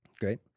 Great